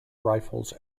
rifles